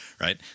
right